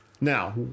Now